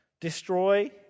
destroy